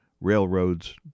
railroads